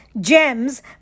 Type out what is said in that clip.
gems